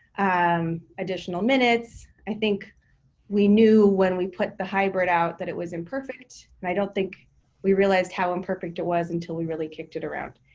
um additional minutes. i think we knew when we put the hybrid out that it was imperfect. and i don't think we realized how imperfect it was until we really kicked it around.